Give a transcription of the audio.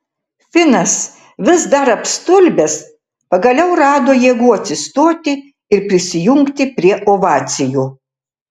finas vis dar apstulbęs pagaliau rado jėgų atsistoti ir prisijungti prie ovacijų